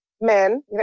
men